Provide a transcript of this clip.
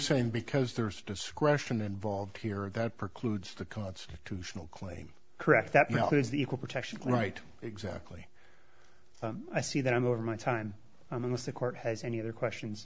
saying because there is discretion involved here that precludes the constitutional claim correct that now is the equal protection right exactly i see that i'm over my time on this the court has any other questions